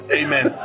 amen